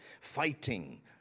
fighting